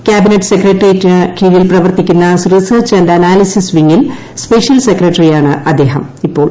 cabinet സെക്രട്ടറിയേറ്റിന് കീഴിൽ പ്രവർത്തിക്കുന്ന റിസർച്ച് ആന്റ് അനാലിസിസ് വിംഗിൽ സ്പെഷ്യൽ സെക്രട്ടറിയാണ് അദ്ദേഹം ഇപ്പോൾ